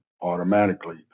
automatically